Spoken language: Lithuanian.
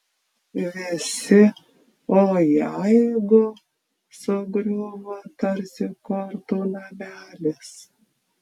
visi o jeigu sugriuvo tarsi kortų namelis